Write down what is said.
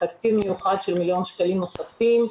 תקציב מיוחד של מיליון שקלים נוספים,